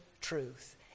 truth